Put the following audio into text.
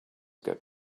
get